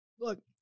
Look